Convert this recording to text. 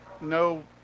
no